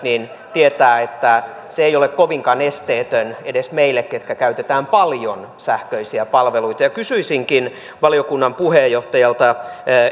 tietää että se ei ole kovinkaan esteetön edes meille jotka käytämme paljon sähköisiä palveluita kysyisinkin valiokunnan puheenjohtajalta